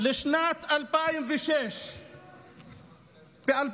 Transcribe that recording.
לשנת 2006. ב-2006